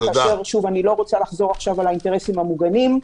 ואני לא רוצה לחזור עכשיו על האינטרסים המוגנים.